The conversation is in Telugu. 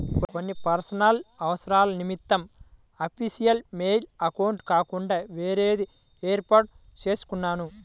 కొన్ని పర్సనల్ అవసరాల నిమిత్తం అఫీషియల్ మెయిల్ అకౌంట్ కాకుండా వేరేది వేర్పాటు చేసుకున్నాను